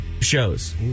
Shows